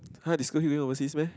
!huh! they scold you during overseas meh